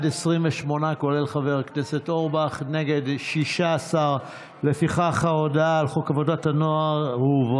הצעת ועדת הכנסת להעביר את הצעת חוק עבודת הנוער (תיקון,